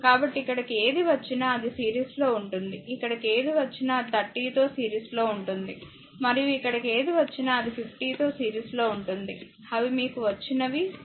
కాబట్టిఇక్కడకు ఏది వచ్చినా అది సీరీస్ లో ఉంటుంది ఇక్కడకు ఏది వచ్చినా అది 30 తో సీరీస్ లో ఉంటుంది మరియు ఇక్కడకు ఏది వచ్చినా అది 50 తో సీరీస్ లో ఉంటుంది అవి మీకు వచ్చినవి 4